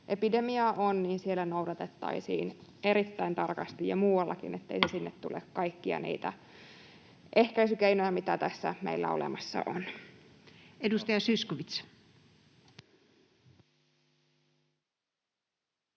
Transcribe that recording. epidemiaa on, noudatettaisiin erittäin tarkasti — ja muuallakin, ettei se sinne tule — kaikkia niitä ehkäisykeinoja, mitä tässä meillä olemassa on. Edustaja Zyskowicz.